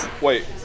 Wait